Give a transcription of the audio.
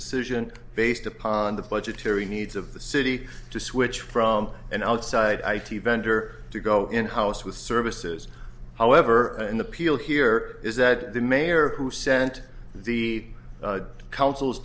decision based upon the budgetary needs of the city to switch from an outside i t vendor to go in house with services however in the peel here is that the mayor who sent the council's